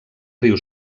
riu